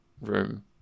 room